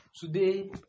Today